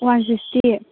one sixty